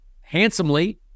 handsomely